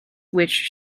which